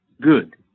good